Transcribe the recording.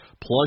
Plus